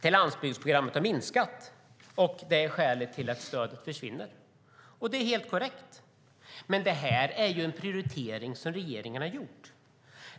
till landsbygdsprogrammet har minskat och att det är skälet till att stödet försvinner. Det är helt korrekt. Men det här är en prioritering som regeringen har gjort.